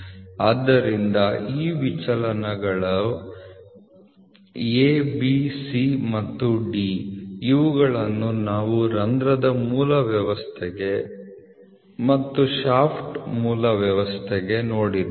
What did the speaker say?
ಆದ್ದರಿಂದ ಈ ವಿಚಲನಗಳು A B C ಮತ್ತು D ಇವುಗಳನ್ನು ನಾವು ರಂಧ್ರದ ಮೂಲ ವ್ಯವಸ್ಥೆಗೆ ಮತ್ತು ಶಾಫ್ಟ್ ಮೂಲ ವ್ಯವಸ್ಥೆಗೆ ನೋಡಿದ್ದೇವೆ